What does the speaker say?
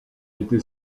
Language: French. été